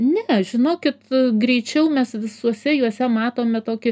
ne žinokit greičiau mes visuose juose matome tokį